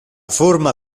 forma